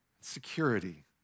security